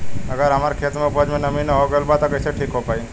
अगर हमार खेत में उपज में नमी न हो गइल बा त कइसे ठीक हो पाई?